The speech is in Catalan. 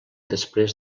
després